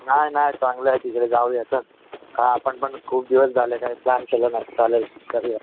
नाही नाही चांगलं आहे तिकडे जाऊ या चल का आपण पण खूप दिवस झाले काही प्लान केला नाही चालेल करूया